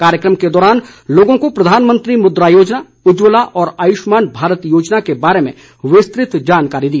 कार्यक्रम के दौरान लोगों को प्रधानमंत्री मुद्रा योजना उज्जवला और आयुष्मान भारत योजना के बारे विस्तृत जानकारी दी